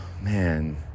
man